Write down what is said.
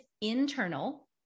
internal